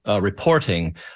reporting